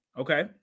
okay